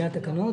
התקנות הגיעו?